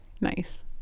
nice